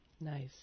Nice